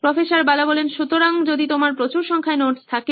প্রফ্ বালা সুতরাং যদি তোমার প্রচুর সংখ্যায় নোটস থাকে